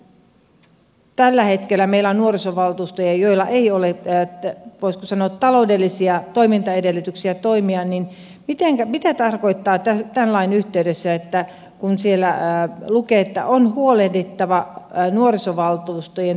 kun tällä hetkellä meillä on nuorisovaltuustoja joilla ei ole voisiko sanoa taloudellisia toimintaedellytyksiä toimia niin mitä tarkoittaa tämän lain yhteydessä kun siellä lukee että on huolehdittava nuorisovaltuustojen toimintaedellytyksistä